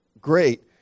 great